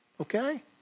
Okay